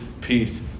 peace